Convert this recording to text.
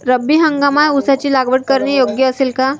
रब्बी हंगामात ऊसाची लागवड करणे योग्य असेल का?